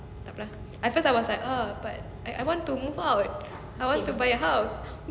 at first I was like ah I want to move out I want to buy a house